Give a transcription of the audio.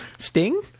sting